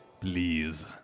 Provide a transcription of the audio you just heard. Please